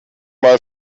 mal